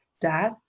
dad